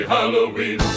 Halloween